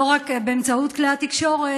לא רק באמצעות כלי התקשורת,